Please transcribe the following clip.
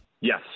Yes